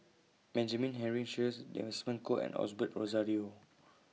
Benjamin Henry Sheares Desmond Kon and Osbert Rozario